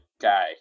guy